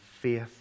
faith